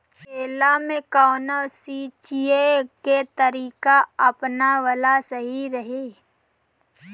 केला में कवन सिचीया के तरिका अपनावल सही रही?